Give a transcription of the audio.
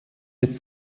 des